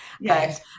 Yes